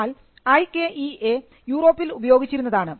എന്നാൽ ഐകെഇഎ യൂറോപ്പിൽ ഉപയോഗിച്ചിരുന്നതാണ്